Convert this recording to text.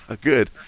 good